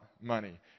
money